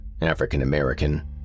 African-American